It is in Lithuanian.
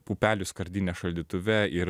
pupelių skardinė šaldytuve ir